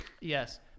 Yes